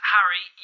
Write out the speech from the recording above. Harry